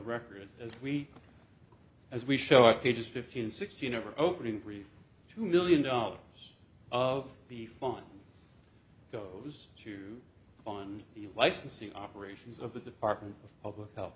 records as we as we show it pages fifteen sixteen are opening brief two million dollars of the fine goes to find the licensing operations of the department of public health